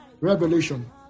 Revelation